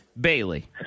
Bailey